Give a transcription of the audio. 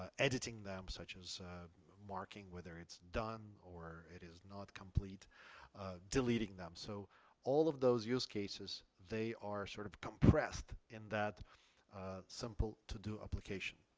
ah editing them such as marking whether it's done or it is not complete deleting them. so all of those use cases. they are sort of compressed in that simple to do application.